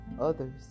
others